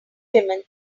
women